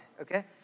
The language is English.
okay